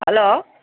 hello